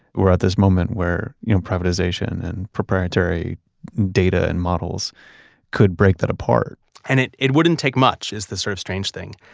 we're at this moment where you know privatization and preparatory data and models could break that apart and it it wouldn't take much is the sort of strange thing.